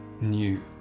new